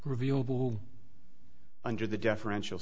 revealed under the deferential